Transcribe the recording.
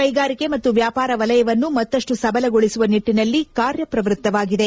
ಕೈಗಾರಿಕೆ ಮತ್ತು ವ್ಯಾಪಾರ ವಲಯವನ್ನು ಮತ್ತಪ್ಪು ಸಬಲಗೊಳಿಸುವ ನಿಟ್ಟನಲ್ಲಿ ಕಾರ್ಯಪ್ರವ್ಯತ್ತವಾಗಿದೆ